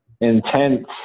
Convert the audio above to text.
intense